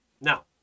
Now